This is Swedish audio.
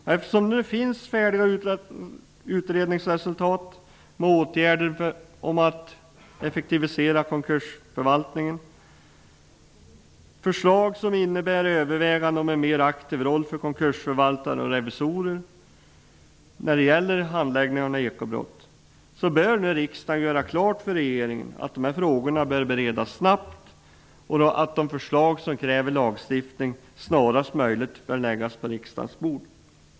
Det finns färdiga utredningsresultat med förslag till åtgärder för att effektivisera konkursförvaltningen, förslag som innebär överväganden om en mer aktiv roll för konkursförvaltare och revisorer när det gäller handläggning av ekobrott. Riksdagen bör därför nu göra klart för regeringen att de här frågorna bör beredas snabbt och att de förslag som kräver lagstiftning snarast möjligt bör läggas på riksdagens bord.